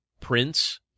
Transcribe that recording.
Prince